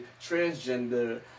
transgender